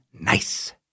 Nice